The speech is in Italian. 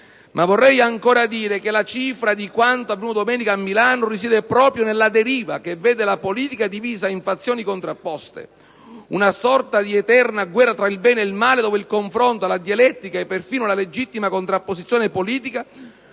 Vorrei anche dire che la cifra di quanto avvenuto domenica a Milano risiede proprio nella deriva che vede la politica divisa in fazioni contrapposte, una sorta di eterna guerra tra il bene e il male, dove il confronto, la dialettica e persino la legittima contrapposizione politica